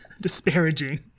disparaging